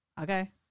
okay